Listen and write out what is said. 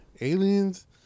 Aliens